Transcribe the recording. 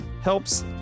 helps